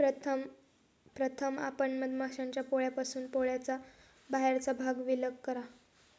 प्रथम आपण मधमाश्यांच्या पोळ्यापासून पोळ्याचा बाहेरचा भाग विलग करा